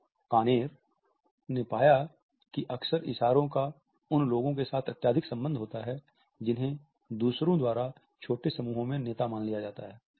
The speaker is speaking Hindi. ओ कांनेर OConner ने पाया है कि अक्सर इशारों का उन लोगों के साथ अत्यधिक संबंध होता है जिन्हें दूसरों द्वारा छोटे समूहों में नेता माना लिया जाता है